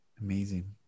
Amazing